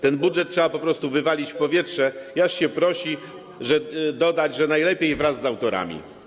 Ten budżet trzeba po prostu wywalić w powietrze i aż się prosi dodać, że najlepiej wraz z autorami.